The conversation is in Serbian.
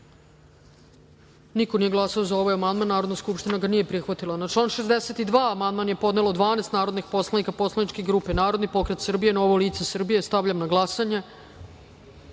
niko nije glasao za ovaj amandman. Narodna skupština ga nije prihvatila. Na član 80. amandman je podnelo 12 narodnih poslanika poslaničke grupe Narodni pokret Srbije – Novo lice Srbije. Stavljam na glasanje